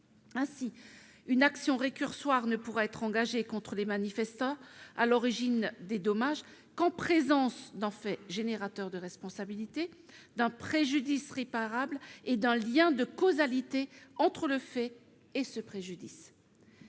Ainsi, une action récursoire ne pourra être engagée contre les manifestants à l'origine des dommages qu'en présence d'un fait générateur de responsabilité, d'un préjudice réparable et d'un lien de causalité entre le fait et ce préjudice.